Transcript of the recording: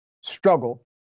struggle